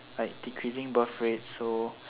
like decreasing birth rate so